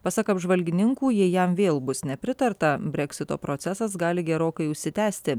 pasak apžvalgininkų jei jam vėl bus nepritarta breksito procesas gali gerokai užsitęsti